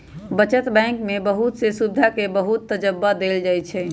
बचत बैंक में बहुत से सुविधा के बहुत तबज्जा देयल जाहई